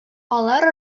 алар